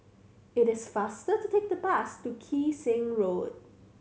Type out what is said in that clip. it is faster to take the bus to Kee Seng Street